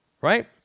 right